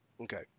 Okay